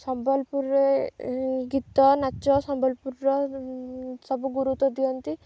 ସମ୍ବଲପୁରରେ ଗୀତ ନାଚ ସମ୍ବଲପୁରର ସବୁ ଗୁରୁତ୍ୱ ଦିଅନ୍ତି